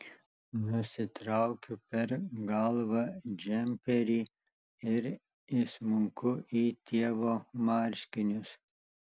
nusitraukiu per galvą džemperį ir įsmunku į tėvo marškinius